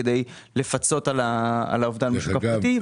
כדי לפצות על האובדן בשוק הפרטי,